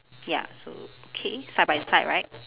ya so okay side by side right